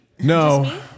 no